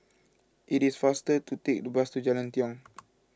it is faster to take the bus to Jalan Tiong